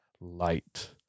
light